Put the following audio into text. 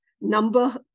number